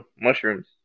mushrooms